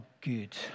good